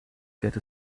get